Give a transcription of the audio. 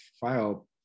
file